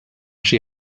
she